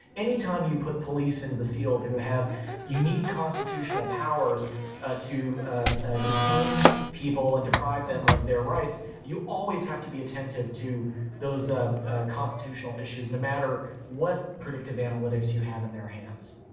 any time you put police into the field who have unique constitutional powers ah to detain people and deprive them of their rights, you always have to be attentive to those ah constitutional issues, no matter what predictive analytics you have in their hands.